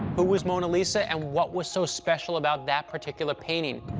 who was mona lisa, and what was so special about that particular painting?